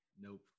Nope